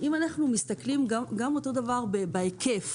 אם נסתכל על ההיקף,